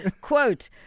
Quote